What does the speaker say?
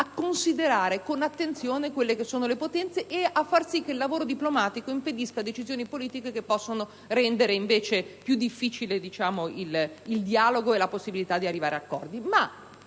considerare con attenzione quelle che sono le potenze e far sì che il lavoro diplomatico impedisca decisioni politiche che possono rendere più difficile il dialogo e la possibilità di arrivare ad accordi.